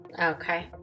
okay